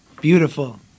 Beautiful